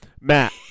Matt